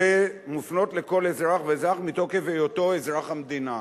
שמופנות לכל אזרח ואזרח מתוקף היותו אזרח המדינה.